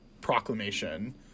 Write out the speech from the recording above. proclamation